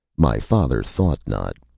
my father thought not.